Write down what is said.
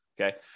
Okay